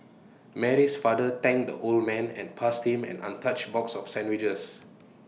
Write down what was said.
Mary's father thanked the old man and passed him an untouched box of sandwiches